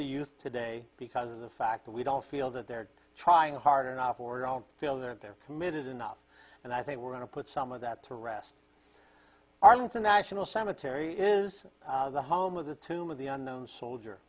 the youth today because of the fact that we don't feel that they're trying hard enough or don't feel that they're committed enough and i think we're going to put some of that to rest arlington national cemetery is the home of the tomb of the unknown soldier